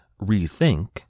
rethink